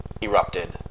erupted